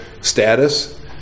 status